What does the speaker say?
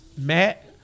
Matt